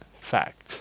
fact